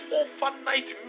overnight